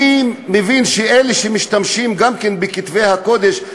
אני מבין שאלה שמשתמשים גם בכתבי הקודש,